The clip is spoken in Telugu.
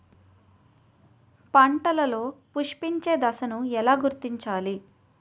పంటలలో పుష్పించే దశను ఎలా గుర్తించాలి?